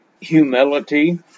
humility